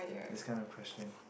this kind of question